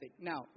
Now